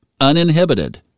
uninhibited